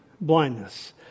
blindness